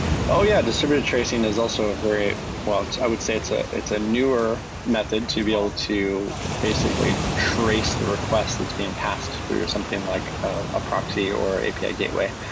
oh yeah! distributed tracing is also very but i would say it's ah it's a newer method to be able to basically trace the request that's been passed through or something like a proxy or api gateway.